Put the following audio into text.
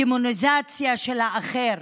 דמוניזציה של האחר